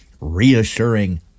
reassuring